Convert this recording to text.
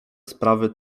sprawy